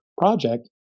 project